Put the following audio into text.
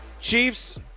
Chiefs